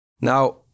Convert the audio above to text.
Now